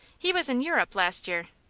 he was in europe last year.